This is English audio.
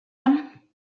him